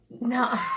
No